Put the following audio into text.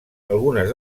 algunes